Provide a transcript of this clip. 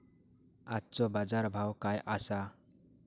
आजचो बाजार भाव काय आसा?